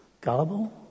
Gullible